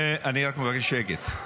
אני רק מבקש שקט.